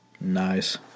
nice